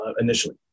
initially